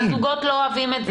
הזוגות לא אוהבים את זה.